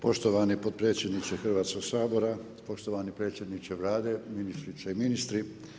Poštovani potpredsjedniče Hrvatskog sabora, poštovani predsjedniče Vlade, ministrice i ministri.